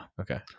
okay